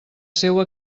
seua